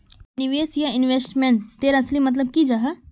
निवेश या इन्वेस्टमेंट तेर असली मतलब की जाहा?